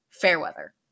Fairweather